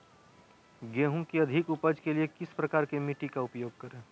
गेंहू की अधिक उपज के लिए किस प्रकार की मिट्टी का उपयोग करे?